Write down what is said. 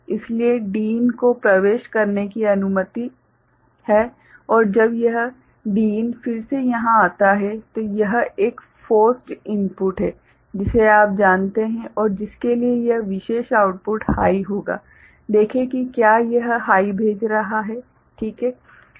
इसलिए Din को प्रवेश करने की अनुमति है और जब यह Din फिर से यहाँ आता है तो यह एक फोर्स्ड इनपुट है जिसे आप जानते हैं और जिसके लिए यह विशेष आउटपुट हाइ होगा देखें कि क्या यह हाइ भेज रहा है ठीक है